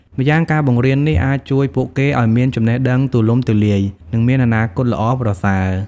ម្យ៉ាងការបង្រៀននេះអាចជួយពួកគេឱ្យមានចំណេះដឹងទូលំទូលាយ និងមានអនាគតល្អប្រសើរ។